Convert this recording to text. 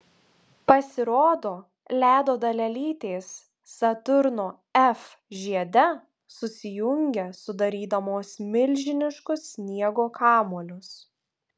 pasirodo ledo dalelytės saturno f žiede susijungia sudarydamos milžiniškus sniego kamuolius